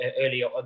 earlier